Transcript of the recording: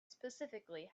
specifically